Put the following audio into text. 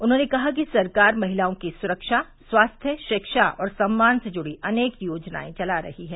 उन्होंने कहा कि सरकार महिलाओं की सुरक्षा स्वास्थ्य शिक्षा और सम्मान से जुड़ी अनेक योजनायें चला रही है